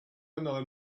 another